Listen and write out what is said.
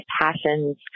passions